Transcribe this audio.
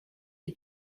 the